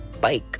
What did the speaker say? bike